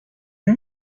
این